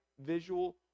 visual